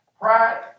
Pride